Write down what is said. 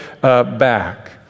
back